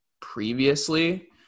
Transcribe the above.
previously